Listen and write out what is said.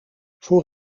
voor